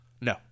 No